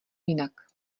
jinak